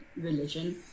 religion